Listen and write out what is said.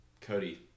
Cody